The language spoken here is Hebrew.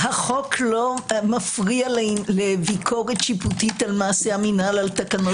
החוק לא מפריע לביקורת שיפוטית על מעשי המינהל על תקנון.